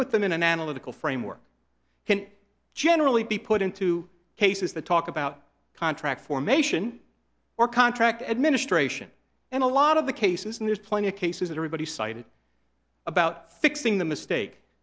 put them in an analytical framework can generally be put into cases that talk about contract formation or contract administration and a lot of the cases and there's plenty of cases that everybody cited about fixing the mistake